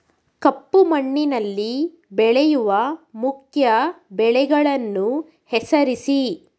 ಕಪ್ಪು ಮಣ್ಣಿನಲ್ಲಿ ಬೆಳೆಯುವ ಮುಖ್ಯ ಬೆಳೆಗಳನ್ನು ಹೆಸರಿಸಿ